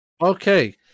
Okay